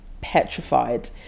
petrified